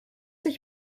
ich